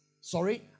sorry